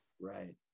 Right